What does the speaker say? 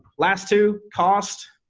last two, cost.